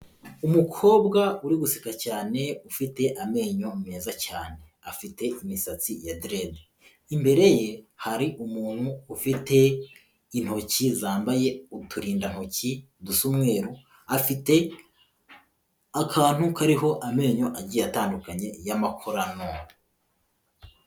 Umukobwa uri guseka cyane ufite amenyo meza cyane, afite imisatsi ya direde, imbere ye hari umuntu ufite intoki zambaye uturindantoki dusa umweru, afite akantu kariho amenyo agiye atandukanye y'amakorano.